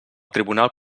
tribunal